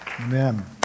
Amen